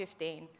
2015